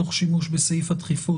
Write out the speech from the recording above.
תוך שימוש בסעיף הדחיפות,